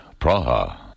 Praha